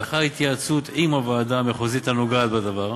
לאחר התייעצות עם הוועדה המחוזית הנוגעת בדבר,